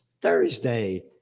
thursday